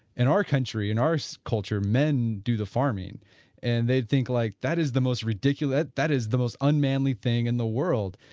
in our country, in our so culture men do the farming and they think like that is the most ridiculous, that is the most unmanly thing in the world